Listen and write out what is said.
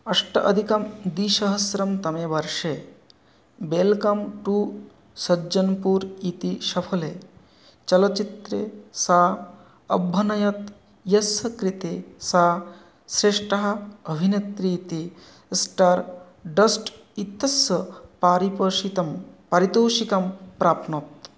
अष्ट अदिकं द्विसहश्रतमे वर्षे वेलकम् टु सज्जनपुर् इति शफले चलच्चित्रे सा अभ्भनयत् यस्य कृते सा श्रेष्ठः अभिनेत्री इति स्टार् डस्ट् इत्तस्स पारिपोषिकं पारितोषिकं प्राप्नोत्